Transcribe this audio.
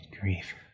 grief